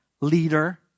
leader